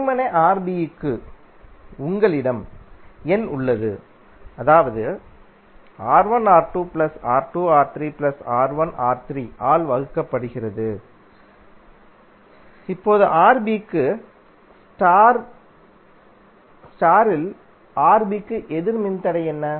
வெறுமனே Rb க்கும் உங்களிடம் எண் உள்ளது அதாவது ஆல் வகுக்கப்படுகிறது இப்போது Rb க்கு ஸ்டார் த்தில் Rb க்கு எதிர் மின்தடை என்ன